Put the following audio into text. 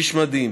איש מדהים.